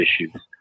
issues